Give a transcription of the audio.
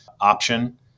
option